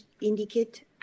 indicate